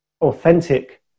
authentic